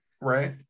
right